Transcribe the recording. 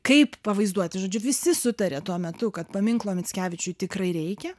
kaip pavaizduoti žodžiu visi sutarė tuo metu kad paminklo mickevičiui tikrai reikia